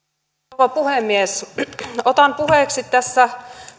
rouva puhemies otan puheeksi tässä